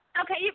Okay